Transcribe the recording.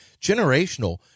Generational